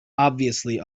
obviously